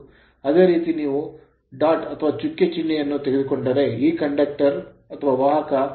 ಅದೇ ರೀತಿ ನೀವು ಚುಕ್ಕೆ ಚಿಹ್ನೆಯನ್ನು ತೆಗೆದುಕೊಂಡರೆ ಈ conductor ವಾಹಕಕ್ಕಾಗಿ